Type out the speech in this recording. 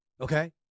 Okay